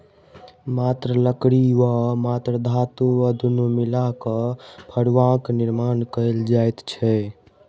मात्र लकड़ी वा मात्र धातु वा दुनू मिला क फड़ुआक निर्माण कयल जाइत छै